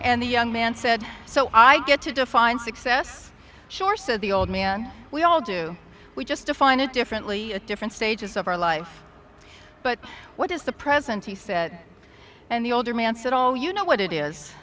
and the young man said so i get to define success sure said the old man we all do we just define it differently at different stages of our life but what is the present he said and the older man said oh you know what it is